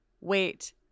Wait